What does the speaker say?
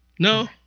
No